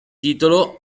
titolo